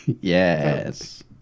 Yes